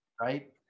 right